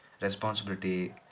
responsibility